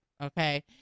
Okay